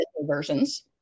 versions